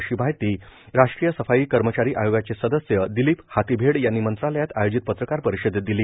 अशी माहिती राष्ट्रीय सफाई कर्मचारी आयोगाचे सदस्य दिलीप हाथीबेड यांनी मंत्रालयात आयोजित पत्रकार परिषेदत दिली